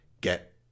Get